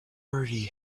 already